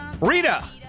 Rita